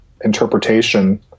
interpretation